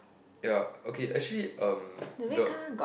ya okay actually um the